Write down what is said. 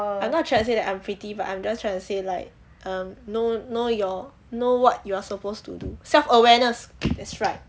I not trying to say that I'm pretty but I'm just trying to say like um know know your know what you're supposed to do self awareness that's right